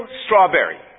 strawberry